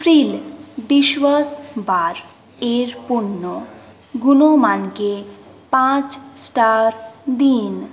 Pril dishwash bar এর পণ্য গুণমানকে পাঁচ স্টার দিন